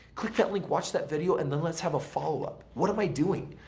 click that link watch that video and then let's have a follow up. what am i doing?